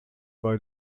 bei